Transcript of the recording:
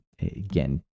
again